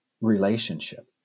relationship